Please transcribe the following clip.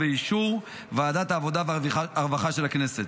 ובאישור ועדת העבודה והרווחה של הכנסת.